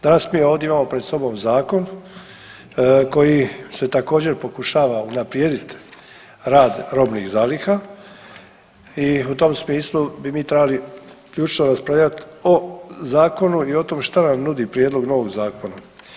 Danas mi ovdje imamo pred sobom zakon koji se također pokušava unaprijedit rad robnih zaliha i u tom smislu bi mi trebali ključno raspravljat o zakonu i o tome šta nam nudi prijedlog novog zakona.